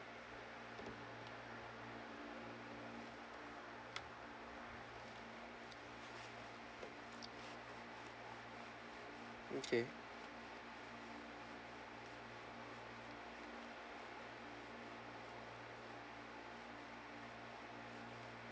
okay